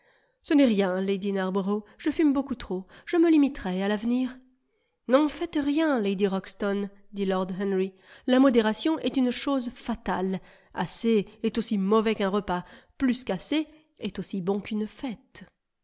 ce n'est rien lady narborough je fume beaucoup trop je me limiterai à l'avenir n'en faites rien lady ruxton dit lord henry la modération est une chose fatale assez est aussi mauvais qu'un repas plus qu'assez est aussi bon qu'une fête